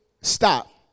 stop